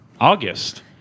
August